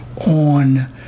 on